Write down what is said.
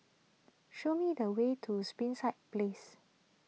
show me the way to Springside Place